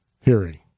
hearing